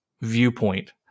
viewpoint